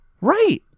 right